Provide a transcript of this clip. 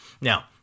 Now